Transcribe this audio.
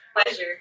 pleasure